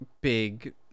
big